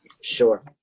Sure